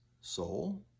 soul